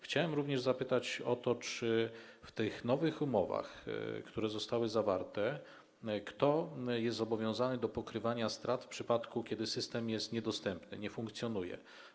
Chciałbym również zapytać o to, kto zgodnie z tymi nowymi umowami, które zostały zawarte, jest zobowiązany do pokrywania strat w przypadku, kiedy system jest niedostępny, nie funkcjonuje.